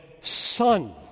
Son